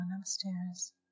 upstairs